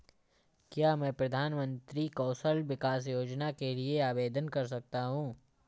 क्या मैं प्रधानमंत्री कौशल विकास योजना के लिए आवेदन कर सकता हूँ?